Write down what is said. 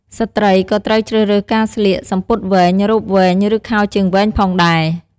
ស្រ្តីក៏ត្រូវជ្រើសរើសការស្លៀក សំពត់វែង រ៉ូបវែង ឬខោជើងវែងផងដែរ។